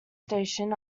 station